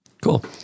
Cool